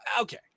Okay